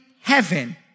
heaven